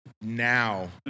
Now